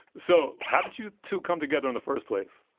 so how did you two come together in the first place?